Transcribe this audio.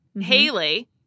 Haley